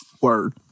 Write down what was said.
Word